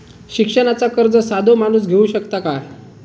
शिक्षणाचा कर्ज साधो माणूस घेऊ शकता काय?